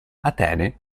atene